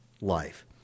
life